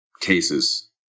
cases